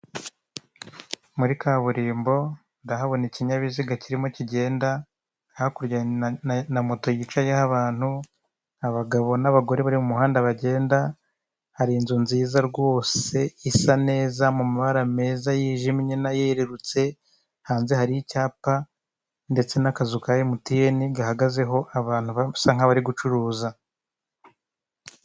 Muri kaburimbo ndahabona ikinyabiziga kirimo kigenda, hakurya na moto yicaye abantu, abagabo n'abagore bari mu muhanda bagenda, hari inzu nziza rwose isa neza mu mabara meza yijimye n'ayererutse, hanze hari icyapa ndetse n'akazu kari emutiyene gahagazeho abantu basa nk'abari gucuruza.